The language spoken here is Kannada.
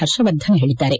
ಪರ್ಷವರ್ಧನ್ ಹೇಳಿದ್ದಾರೆ